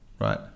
Right